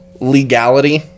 legality